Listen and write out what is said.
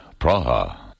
Praha